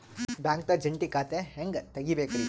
ಬ್ಯಾಂಕ್ದಾಗ ಜಂಟಿ ಖಾತೆ ಹೆಂಗ್ ತಗಿಬೇಕ್ರಿ?